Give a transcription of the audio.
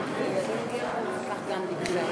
107 והוראת שעה), התשע"ו 2016, נתקבל.